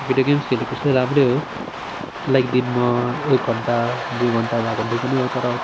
video games खेलेको चाहिँ राम्रै हो लाइक दिनमा एक घन्टा दुई घन्टा वा घन्टै पनि हो तर